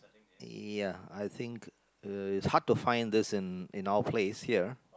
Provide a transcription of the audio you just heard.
eh ya I think uh it's hard to find this in our place here